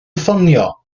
ffonio